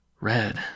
red